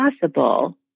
possible